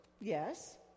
yes